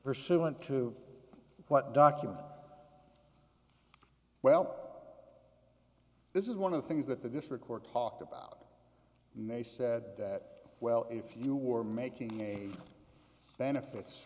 pursuant to what document well but this is one of the things that the district court talked about and they said that well if you were making a benefits